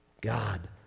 God